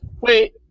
wait